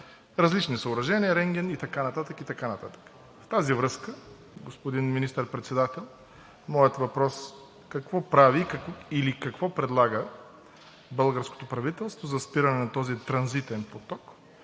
различни съоръжения, рентген и така нататък. В тази връзка, господин Министър-председател, моят въпрос е: какво прави или какво предлага българското правителство за спиране на транзитния поток